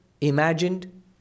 imagined